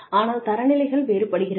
ஆனால் தர நிலைகள் வேறுபடுகிறது